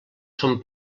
son